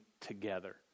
together